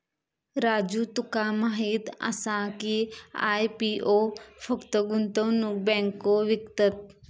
राजू तुका माहीत आसा की, आय.पी.ओ फक्त गुंतवणूक बँको विकतत?